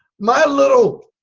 my little,